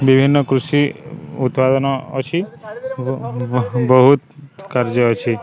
ବିଭିନ୍ନ କୃଷି ଉତ୍ପାଦନ ଅଛି ବହୁତ କାର୍ଯ୍ୟ ଅଛି